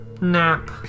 nap